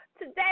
Today